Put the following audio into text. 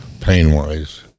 pain-wise